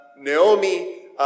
Naomi